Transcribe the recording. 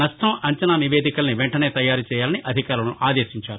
నష్టం అంచనా నివేదికలను వెంటనే తయారుచేయాలని అధికారులను ఆదేశించారు